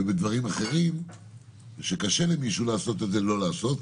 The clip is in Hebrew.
ובדברים אחרים שקשה למישהו לעשות את זה לא לעשות,